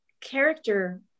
character